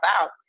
out